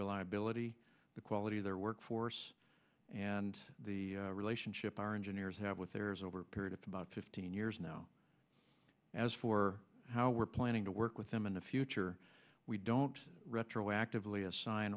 reliability the quality of their workforce and the relationship our engineers have with theirs over a period of about fifteen years now as for how we're planning to work with them in the future we don't retroactively assign